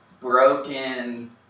broken